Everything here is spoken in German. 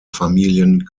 familien